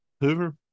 Hoover